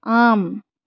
आम्